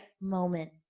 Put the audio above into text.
moment